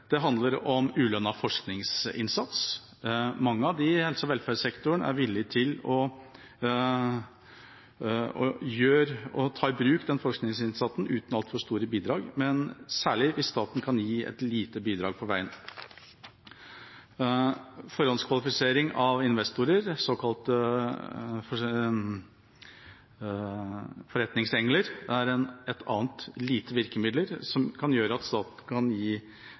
Det handler om ulønnet forskningsinnsats. Mange av dem som er i helse- og velferdssektoren, er villige til å legge ned den forskningsinnsatsen uten altfor store bidrag, særlig hvis staten kan gi et lite bidrag på veien. Forhåndskvalifisering av investorer – såkalte forretningsengler – er et annet lite virkemiddel som kan gjøre at staten kan gi